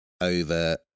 over